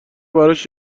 براش